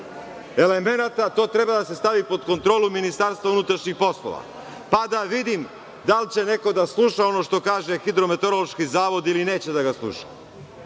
elemenata, to treba da se stavi pod kontrolu Ministarstva unutrašnjih poslova, pa da vidim da li će neko da sluša ono što kaže Hidrometeorološki zavod ili neće da ga sluša!